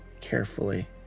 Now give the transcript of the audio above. carefully